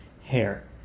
hair